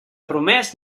promès